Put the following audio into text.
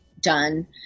done